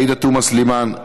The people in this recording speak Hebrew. עאידה תומא סלימאן,